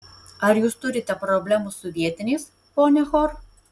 ar jūs turite problemų su vietiniais ponia hor